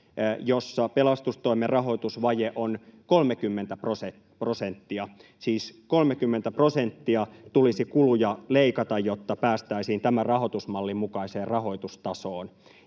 jossa pelastustoimen rahoitusvaje on 30 prosenttia, siis 30 prosenttia tulisi kuluja leikata, jotta päästäisiin tämän rahoitusmallin mukaiseen rahoitustasoon.